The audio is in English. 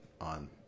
on